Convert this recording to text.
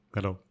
Hello